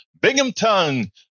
Binghamton